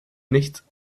nichts